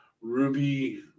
Ruby